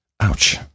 Ouch